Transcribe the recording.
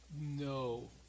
No